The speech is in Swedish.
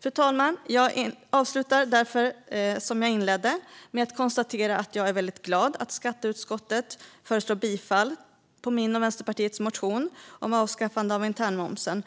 Fru talman! Jag avslutar som jag inledde med att konstatera att jag är väldigt glad att skatteutskottet föreslår bifall på min och Vänsterpartiets motion om avskaffande av internmomsen.